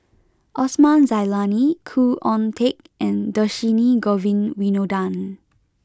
Osman Zailani Khoo Oon Teik and Dhershini Govin Winodan